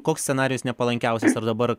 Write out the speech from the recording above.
koks scenarijus nepalankiausias ar dabar